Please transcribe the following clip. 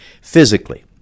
Physically